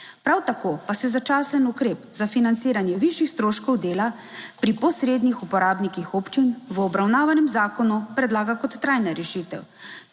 Prav tako pa se začasen ukrep za financiranje višjih stroškov dela. Pri posrednih uporabnikih občin v obravnavanem zakonu predlaga kot trajna rešitev